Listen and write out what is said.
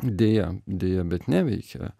deja deja bet neveikia